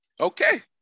Okay